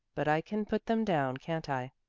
but i can put them down, can't i?